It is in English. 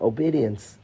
Obedience